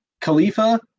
Khalifa